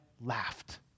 laughed